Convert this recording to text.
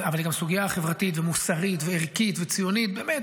אבל היא גם סוגיה חברתית ומוסרית וערכית וציונית באמת.